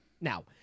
Now